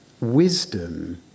wisdom